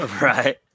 Right